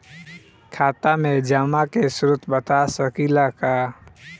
खाता में जमा के स्रोत बता सकी ला का?